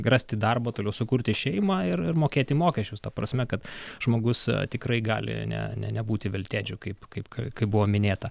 rasti darbą toliau sukurti šeimą ir ir mokėti mokesčius ta prasme kad žmogus tikrai gali ne nebūti veltėdžių kaip kaip kaip buvo minėta